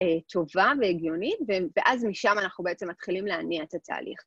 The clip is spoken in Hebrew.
טובה והגיונית, ואז משם אנחנו בעצם מתחילים להניע את התהליך.